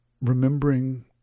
remembering